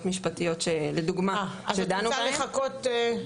משפטיות שלדוגמא שדנו בהם אז את רוצה לחכות?